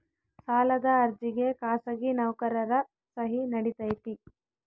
ಸಾಲದ ಅರ್ಜಿಗೆ ಖಾಸಗಿ ನೌಕರರ ಸಹಿ ನಡಿತೈತಿ?